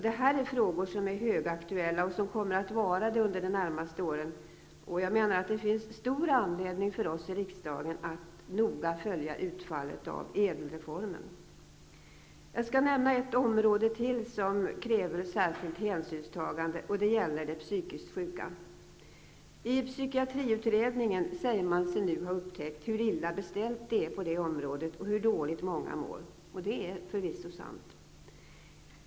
Det här är frågor som är högaktuella och som kommer att vara det under de närmaste åren. Jag menar att det finns stor anledning för oss i riksdagen att noga följa utfallet av ÄDEL Jag skall nämna ett område till som kräver särskilt hänsynstagande, och det gäller de psykiskt sjuka. I psykiatriutredningen säger man sig nu ha upptäckt hur illa beställt det är på det området och hur dåligt många mår. Och det är förvisso sant.